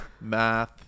math